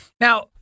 Now